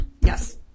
Yes